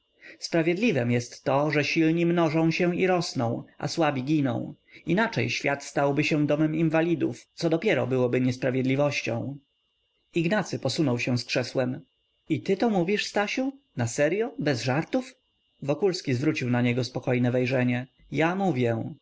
sprawiedliwem jest to że silni mnożą się i rosną a słabi giną inaczej świat stałby się domem inwalidów co dopiero byłoby niesprawiedliwością ignacy posunął się z krzesłem i to ty mówisz stasiu na seryo bez żartów wokulski zwrócił na niego spokojne wejrzenie ja mówię